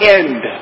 end